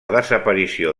desaparició